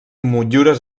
motllures